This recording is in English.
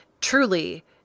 truly